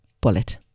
bullet